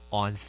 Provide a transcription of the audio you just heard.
on